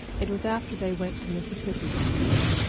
it was after they went to mississippi to live.